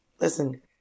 listen